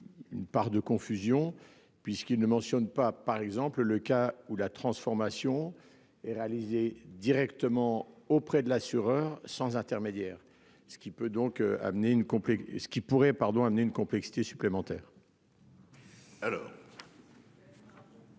Une part de confusion puisqu'il ne mentionne pas par exemple le cas où la transformation et réalisée directement auprès de l'assureur sans intermédiaire, ce qui peut donc amener une complet ce qui pourrait